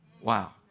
Wow